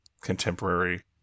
contemporary